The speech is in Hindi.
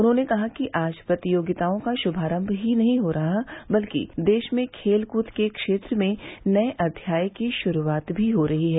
उन्होंने कहा कि आज प्रतियोगिताओं का शुभारंभ ही नहीं हो रहा है बल्कि देश मे खेल कूद के क्षेत्र में नये अध्याय की शुरुआत भी हो रही है